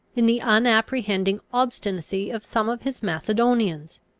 in the unapprehending obstinacy of some of his macedonians?